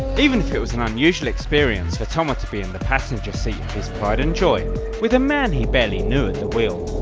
even if it was an unusual experience for touma to be in the passenger seat of his pride and joy with a man he barely knew at the wheel.